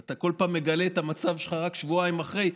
ואתה בכל פעם מגלה את המצב שלך רק שבועיים אחרי,